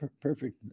perfect